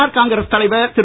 R Congress தலைவர் திரு